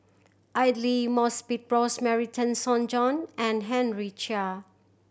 Aidli Mosbit Rosemary Tessensohn and Henry Chia